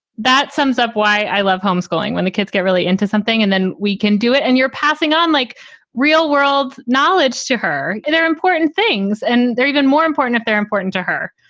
that sums up why i love homeschooling when the kids get really into something and then we can do it. and you're passing on like real world knowledge to her and they're important things and they're even more important if they're important to her.